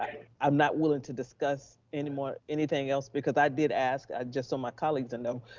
i'm not willing to discuss any more anything else because i did ask, just so my colleagues know,